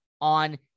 on